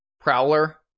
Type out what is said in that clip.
prowler